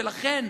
ולכן,